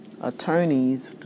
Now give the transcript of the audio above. attorneys